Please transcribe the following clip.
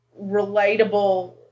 relatable